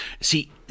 See